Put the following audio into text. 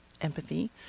empathy